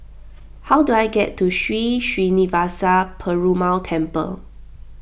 how do I get to Sri Srinivasa Perumal Temple